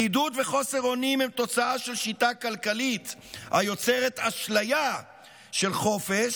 בדידות וחוסר אונים הם תוצאה של שיטה כלכלית היוצרת אשליה של חופש,